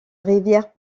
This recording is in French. rivière